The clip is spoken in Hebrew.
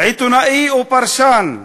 עיתונאי ופרשן.